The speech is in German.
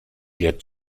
der